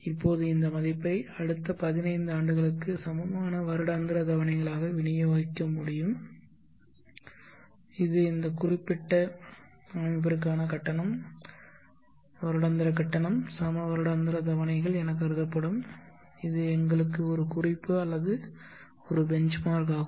இப்போது இந்த மதிப்பை அடுத்த 15 ஆண்டுகளுக்கு சமமான வருடாந்திர தவணைகளாக விநியோகிக்க முடியும் இது இந்த குறிப்பிட்ட அமைப்பிற்கான கட்டணம் வருடாந்திர கட்டணம் சம வருடாந்திர தவணைகள் எனக் கருதப்படும் இது எங்களுக்கு ஒரு குறிப்பு அல்லது ஒரு பெஞ்ச்மார்க் ஆகும்